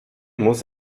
muss